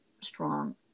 strong